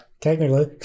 Technically